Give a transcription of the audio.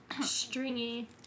Stringy